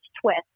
twist